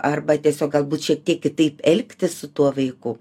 arba tiesiog galbūt šiek tiek kitaip elgtis su tuo vaiku